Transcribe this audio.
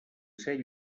ser